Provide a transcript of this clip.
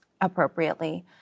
appropriately